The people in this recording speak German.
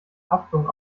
haftung